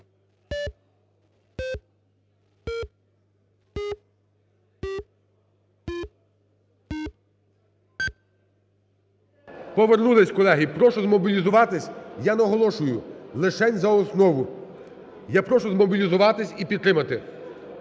Повернулись, колеги. Прошу змобілізуватись. Я наголошую: лишень за основу. Я прошу змобілізуватись і підтримати.